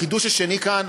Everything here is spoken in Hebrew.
החידוש השני כאן,